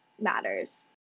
matters